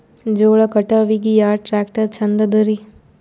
ಜೋಳ ಕಟಾವಿಗಿ ಯಾ ಟ್ಯ್ರಾಕ್ಟರ ಛಂದದರಿ?